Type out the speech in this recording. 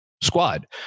squad